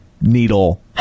Needle